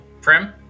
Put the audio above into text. Prim